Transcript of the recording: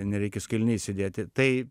nereikia su kailiniais sėdėti tai